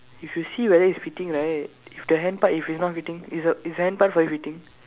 if you see whether it's fitting right if the hand part if it's not fitting is the is the hand part very fitting